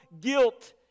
guilt